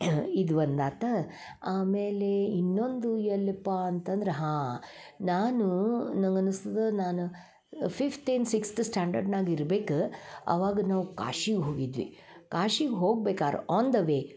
ಇದ್ವಂದು ಆತು ಆಮೇಲೆ ಇನ್ನೊಂದು ಎಲ್ಯಪ್ಪಾ ಅಂತಂದ್ರೆ ಹಾಂ ನಾನು ನಂಗೆ ಅನಸ್ತದೆ ನಾನು ಫಿಫ್ತ್ ಇನ್ ಸಿಕ್ಸ್ತ್ ಸ್ಟ್ಯಾಂಡರ್ಡ್ನಾಗಿರ್ಬೇಕು ಆವಾಗ ನಾವು ಕಾಶಿಗೆ ಹೋಗಿದ್ವಿ ಕಾಶಿಗೆ ಹೋಗ್ಬೇಕಾರೆ ಆನ್ ದ ವೇ